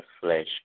flesh